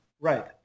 right